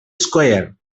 square